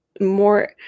more